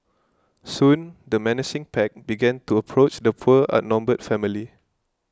soon the menacing pack began to approach the poor outnumbered family